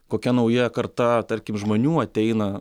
kokia nauja karta tarkim žmonių ateina